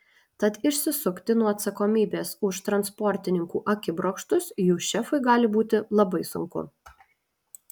tad išsisukti nuo atsakomybės už transportininkų akibrokštus jų šefui gali būti labai sunku